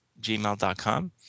gmail.com